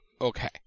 Okay